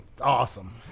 Awesome